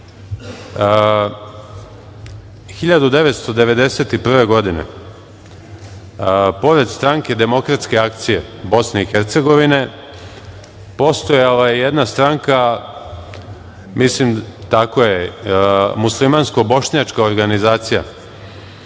1991. godine, pored Stranke demokratske akcije Bosne i Hercegovine, postojala je jedna stranka, tako je, Muslimansko bošnjačka organizacija